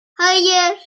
hayır